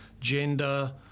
gender